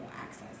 access